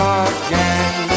again